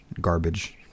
Garbage